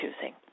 choosing